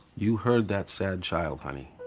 you heard that sad child, honey.